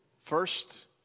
first